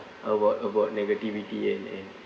about about negativity and and